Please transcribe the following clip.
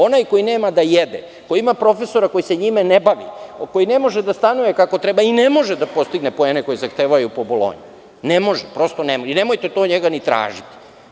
Onaj koji nema da jede, koji ima profesora koji se njime ne bavi, koji ne može da stanuje kako treba i ne može da postigne poene koji zahtevaju po „Bolonji“, ne može i nemojte to od njega ni tražiti.